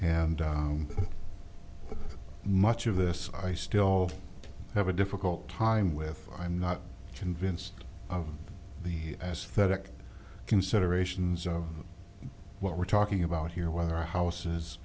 and much of this i still have a difficult time with i'm not convinced of the aesthetic considerations of what we're talking about here whether our houses